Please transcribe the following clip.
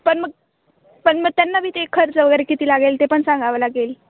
पण मग पण मग त्यांना मी ते खर्च वगैरे किती लागेल ते पण सांगावं लागेल